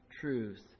truth